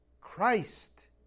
Christ